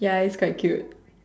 ya it's quite cute